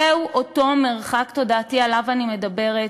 זהו אותו מרחק תודעתי שעליו אני מדברת,